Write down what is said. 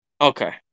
okay